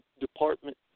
department